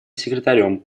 секретарем